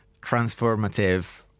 transformative